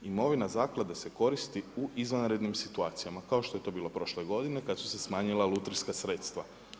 Imovina zaklade se koristi u izvanrednim situacijama, kao što je to bilo prošle godine, kada su se smanjila lutrijska sredstva.